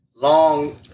long